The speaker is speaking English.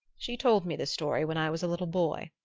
she told me the story when i was a little boy.